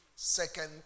Second